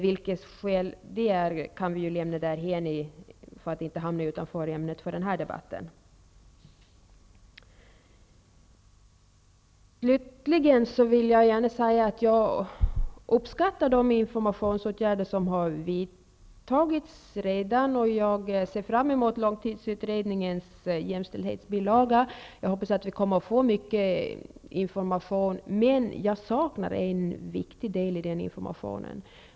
Vilket skäl det är, kan vi ju lämna därhän för att inte hamna utanför ämnet för den här debatten. Slutligen vill jag gärna säga att jag uppskattar de informationsåtgärder som redan har vidtagits. Jag ser fram mot långtidsutredningens jämställdhetsbilaga. Jag hoppas att vi kommer att få mycket information, men jag saknar en viktig del i den informationen.